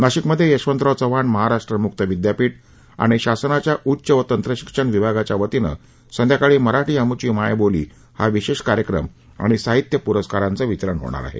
नाशिकमधे यशवंतराव चव्हाण महाराष्ट्र मुक्त विद्यापीठ आणि शासनाच्या उच्च व तंत्रशिक्षण विभागाच्यावतीनं संध्याकाळी मराठी आमुची मायबोली हा विशेष कार्यक्रम आणि साहित्य पुरस्कारांच वितरण होणार आहे